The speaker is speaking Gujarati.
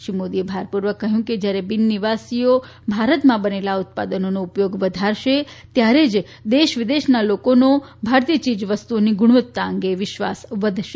શ્રી મોદીએ ભારપુર્વક કહ્યું કે જયારે બિન નિવાસીઓ ભારતમાં બનેલા ઉત્પાદનોનો ઉપયોગ વધારશે ત્યારે જ દેશ વિદેશના લોકોનો ભારતીય ચીજવસ્તુઓની ગુણવત્તા અંગે વિશ્વાસ વધશે